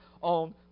on